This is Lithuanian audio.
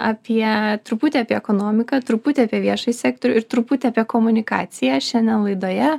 apie truputį apie ekonomiką truputį apie viešąjį sektorių ir truputį apie komunikaciją šiandien laidoje